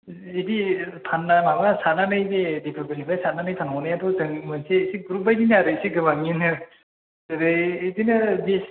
बिदि फाननो माबा साननानैदि दिपरबिलनिफ्राय सारनानै फानहरनायाथ' जों मोनसे इसे ग्रुफ बायदिनो आरो इसे गोबांनिनो जेरै बिदिनो बिस